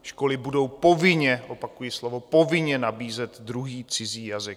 Školy budou povinně, opakuji slovo povinně, nabízet druhý cizí jazyk.